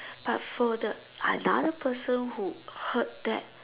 but for the another person who heard that